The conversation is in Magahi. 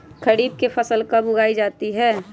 खरीफ की फसल कब उगाई जाती है?